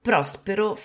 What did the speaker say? Prospero